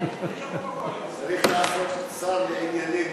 צריך לעשות שר לענייני גויים.